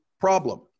problem